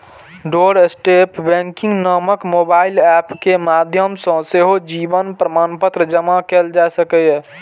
doorstep banking नामक mobile app के माध्यम सं सेहो जीवन प्रमाणपत्र जमा कैल जा सकैए